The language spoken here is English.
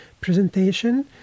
Presentation